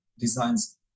designs